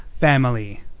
family